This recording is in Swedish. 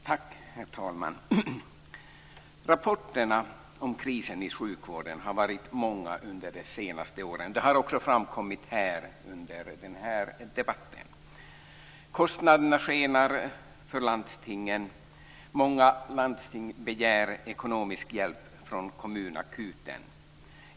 Herr talman! Rapporterna om krisen i sjukvården har varit många under det senaste året. Det har också framkommit under den här debatten. Kostnaderna skenar i landstingen, och många landsting begär ekonomisk hjälp från kommunakuten.